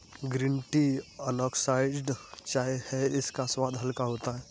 green tea unoxidised चाय है इसका स्वाद हल्का होता है